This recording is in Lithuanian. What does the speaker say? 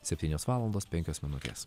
septynios valandos penkios minutės